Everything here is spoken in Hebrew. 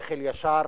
שכל ישר,